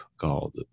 called